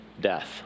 death